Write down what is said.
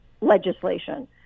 legislation